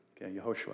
Yehoshua